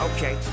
Okay